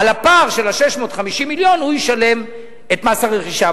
על הפער של ה-650,000 הוא ישלם את מס הרכישה.